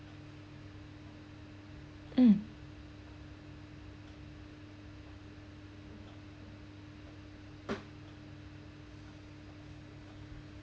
um